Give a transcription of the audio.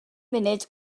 munud